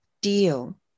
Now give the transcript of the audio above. deal